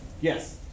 Yes